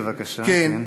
בבקשה.